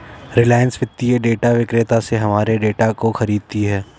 रिलायंस वित्तीय डेटा विक्रेता से हमारे डाटा को खरीदती है